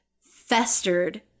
festered